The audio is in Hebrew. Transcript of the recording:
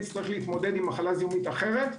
יצטרך להתמודד עם מחלה זיהומית אחרת ,